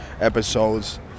episodes